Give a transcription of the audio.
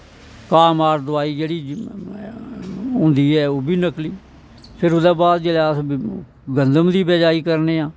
घा मार दवाई जेह्ड़ी होंदी ऐ ओह् बी नकली फिर ओह्दे बाद जिसलै अस गंदम दी बजाई करने आं